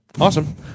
awesome